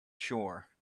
shore